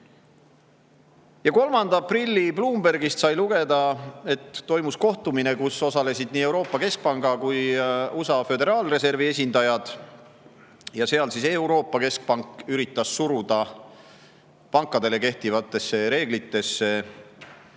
3. aprilli Bloombergist sai lugeda, et toimus kohtumine, kus osalesid nii Euroopa Keskpanga kui USA Föderaalreservi esindajad. Ja seal Euroopa Keskpank üritas suruda pankadele kehtestatud reeglitesse